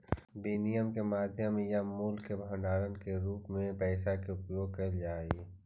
विनिमय के माध्यम या मूल्य के भंडारण के रूप में पैसा के उपयोग कैल जा हई